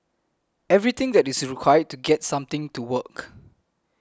everything that is required to get something to work